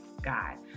God